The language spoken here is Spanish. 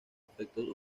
efecto